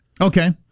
Okay